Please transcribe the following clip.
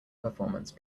performance